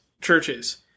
churches